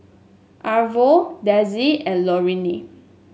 Arvo Dessie and Loraine